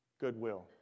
goodwill